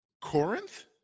Corinth